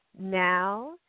now